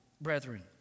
brethren